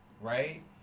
Right